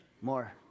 more